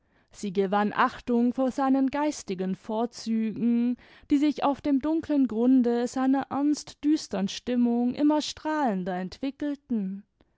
sie gewann achtung vor seinen geistigen vorzügen die sich auf dem dunklen grunde seiner ernst düstern stimmung immer strahlender entwickelten